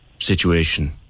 situation